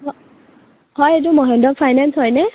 হয় এইটো মহেন্দ্ৰ ফাইনেঞ্চ হয়নে